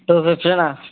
two ఫిఫ్టీనా